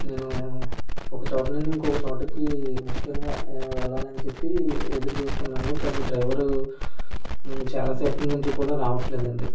నేను ఒక చోటు నుండి ఇంకొక చోటుకి ముఖ్యంగా వెళ్లాలని చెప్పి ఎదురుచూస్తున్నాను కానీ డ్రైవరు చాలా సేపట్నుంచి కూడా రావట్లేదండి